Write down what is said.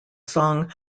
song